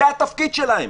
זה התפקיד שלהם.